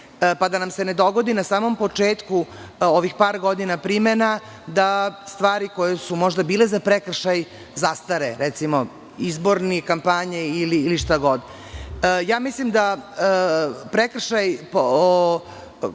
pa da nam se ne dogodi da na samom početku ovih par godina primena, da stvari koje su možda bile za prekršaj zastare, recimo, izborne kampanje ili šta god. Mislim da prekršaj